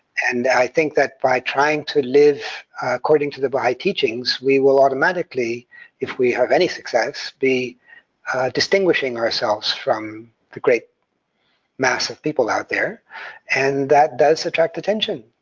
and i think that by trying to live according to the baha'i teachings, we will automatically if we have any success, be distinguishing ourselves from the great mass of people out there and that does attract attention.